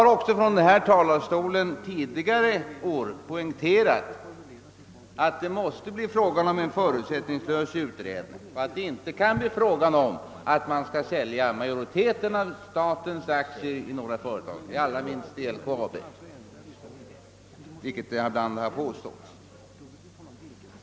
Från denna talarstol har jag också under tidigare år poängterat att det måste bli fråga om en förutsättningslös utredning, som inte tar sikte på att man skall sälja majoriteten av statens aktier i några företag, allra minst i LKAB. Detta har man ibland påstått.